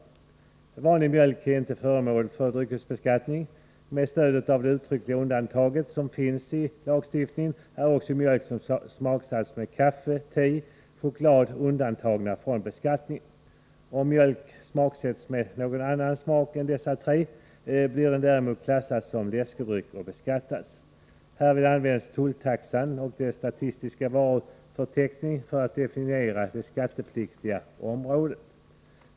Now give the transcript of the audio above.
Vanlig mjölk är inte föremål för dryckesbeskattning. Med stöd av det uttryckliga undantag som finns i lagstiftningen är också mjölk som smaksatts med kaffe, te eller choklad undantagen från beskattning. Om mjölk smaksätts med någon annan smak än dessa tre blir den däremot klassad som läskedryck och beskattas. Härvid används tulltaxan och dess statistiska varuförteckning för att definiera det skattepliktiga området.